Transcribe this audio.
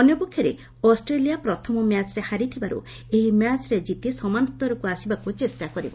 ଅନ୍ୟ ପକ୍ଷରେ ଅଷ୍ଟ୍ରେଲିଆ ପ୍ରଥମ ମ୍ୟାଚ୍ରେ ହାରିଥିବାରୁ ଏହି ମ୍ୟାଚ୍ରେ ଜିତି ସମାନ ସ୍ତରକୁ ଆସିବାକୁ ଚେଷ୍ଟା କରିବ